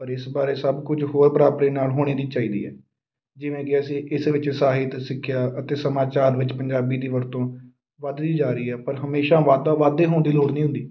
ਪਰ ਇਸ ਬਾਰੇ ਸਭ ਕੁਝ ਹੋਰ ਬਰਾਬਰੀ ਨਾਲ ਹੋਣੀ ਨਹੀਂ ਚਾਹੀਦੀ ਹੈ ਜਿਵੇਂ ਕਿ ਅਸੀਂ ਇਸ ਵਿੱਚ ਸਾਹਿਤ ਸਿੱਖਿਆ ਅਤੇ ਸਮਾਚਾਰ ਵਿੱਚ ਪੰਜਾਬੀ ਦੀ ਵਰਤੋਂ ਵੱਧਦੀ ਜਾ ਰਹੀ ਹੈ ਪਰ ਹਮੇਸ਼ਾ ਵੱਧ ਦਾ ਵੱਧ ਇਹ ਹੋਣ ਦੀ ਲੋੜ ਨਹੀਂ ਹੁੰਦੀ